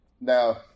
Now